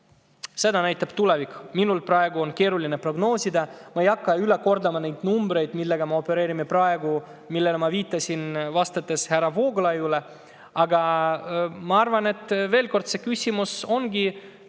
Seda näitab tulevik, minul on praegu keeruline prognoosida. Ma ei hakka kordama neid numbreid, millega me praegu opereerime ja millele ma viitasin, vastates härra Vooglaiule. Aga ma arvan, veel kord, et see küsimus ongi